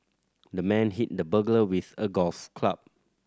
the man hit the burglar with a golf club